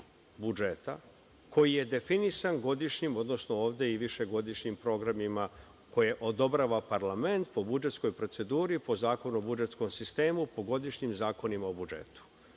budžeta koji je definisan godišnjem, ovde višegodišnjim programima koje odobrava parlament po budžetskoj proceduri, po Zakonu o budžetskom sistemu, po godišnjim zakonima o budžetu.U